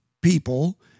people